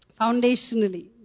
foundationally